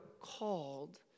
called